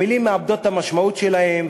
המילים מאבדות את המשמעות שלהן,